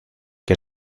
que